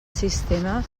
sistema